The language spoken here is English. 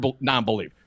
non-belief